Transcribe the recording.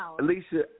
Alicia